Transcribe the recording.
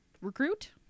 recruit